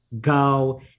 go